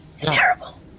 Terrible